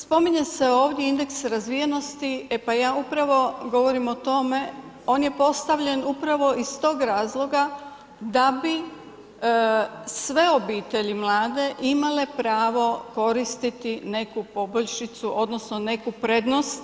Spominje se ovdje indeks razvijenosti, ep ja upravo govorim o tome, on je postavljen upravo iz tog razloga da bi sve obitelji mlade imale pravo koristiti neku poboljšicu odnosno neku prednost